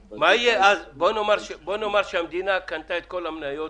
--- בוא נאמר שהמדינה קנתה את כל המניות,